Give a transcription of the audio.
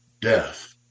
death